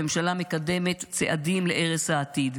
הממשלה מקדמת צעדים להרס העתיד.